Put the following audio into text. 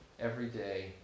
everyday